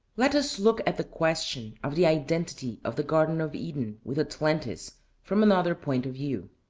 let us look at the question of the identity of the garden of eden with atlantis from another point of view